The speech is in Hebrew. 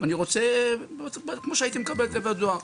אני רוצה כמו שהייתי מקבל את זה בדואר,